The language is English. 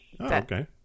okay